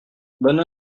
bonne